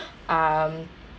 um